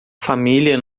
família